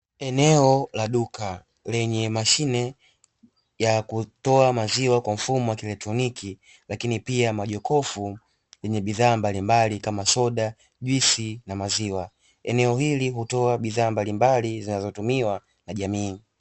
Eneo la duka lenye mashine ya kutoa maziwa kwa mfumo kiectroniki lakini pia majokofu yenye bidhaa mbalimbali kama soda, juisi na maziwa eneo hili hutoa bidhaa mbalimbali zinazotumiwa na jamii.